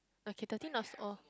okay thirty not so old